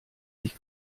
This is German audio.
sich